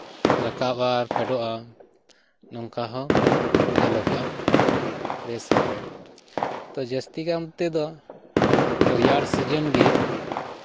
ᱨᱟᱠᱟᱯᱼᱟ ᱯᱷᱮᱰᱚᱜᱼᱟ ᱱᱚᱝᱠᱟ ᱦᱚᱸ ᱧᱮᱞᱚᱜᱚᱜᱼᱟ ᱵᱮᱵᱥᱟ ᱨᱮ ᱛᱚ ᱡᱟᱹᱥᱛᱤ ᱜᱟᱱᱛᱮᱫᱚ ᱨᱮᱭᱟᱲ ᱥᱤᱡᱤᱱ ᱜᱮ